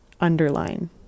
underline